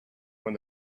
when